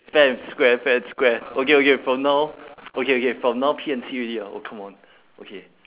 fair and square fair and square okay okay from now okay okay from now P and C already ah oh come on okay